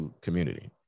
community